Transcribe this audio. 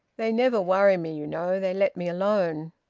they never worry me, you know. they let me alone.